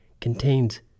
contains